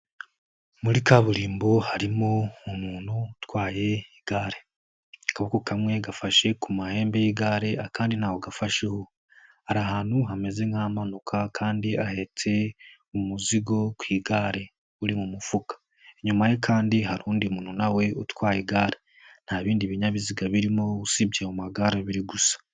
Muri kaburimbo harimo umuntu utwaye igare, akaboko kamwe gafashe ku mahembe y'igare akandi ntabwo gafasheho, ari ahantu hameze nk'amanuka kandi ahetse umuzigo ku igare uri mu mufuka, inyuma ye kandi hari undi muntu nawe utwaye igare, nta bindi binyabiziga birimo usibye ayo magare abiri gusa.